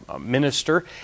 minister